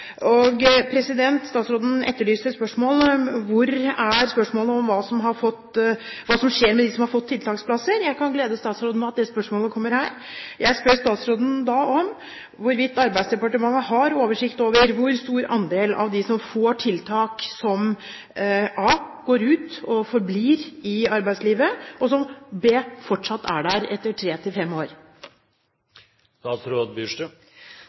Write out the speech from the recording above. Statsråden etterlyste spørsmålet om hva som skjer med dem som har fått tiltaksplasser. Jeg kan glede statsråden med at det spørsmålet kommer her. Jeg spør statsråden om hvorvidt Arbeidsdepartementet har oversikt over hvor stor andel av dem som får tiltak, som a) går ut og forblir i arbeidslivet, og som b) fortsatt er der etter tre til fem